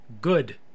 good